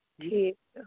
ٹھیٖک چھُ